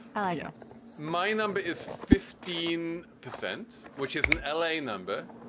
ah yeah my number is fifteen percent, which is an l a. number.